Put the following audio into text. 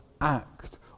act